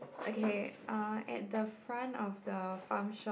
okay uh at the front of the farm shop